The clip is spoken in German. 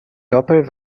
doppel